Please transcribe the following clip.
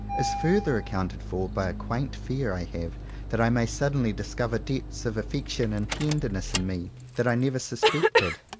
is further accounted for by a quaint fear i have that i may suddenly discover depths of affection and tenderness in me that i never sus pected.